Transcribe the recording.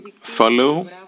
follow